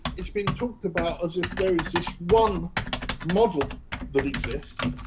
it's been talked about as if there is this one model that exists,